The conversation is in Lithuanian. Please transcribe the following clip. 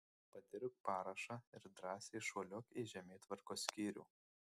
padirbk parašą ir drąsiai šuoliuok į žemėtvarkos skyrių